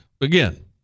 again